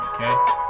Okay